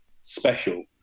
special